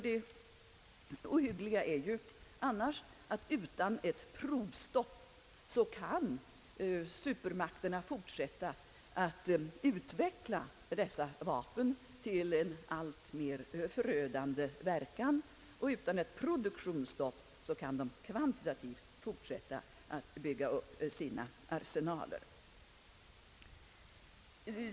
— Det ohyggliga är naturligtvis, att utan ett provstopp kan supermakterna fortsätta att kvalitativt utveckla sina vapen till en alltmer förödande verkan. Utan ett produktionsstopp kan de också fortsätta att kvantitativt bygga upp sina arsenaler.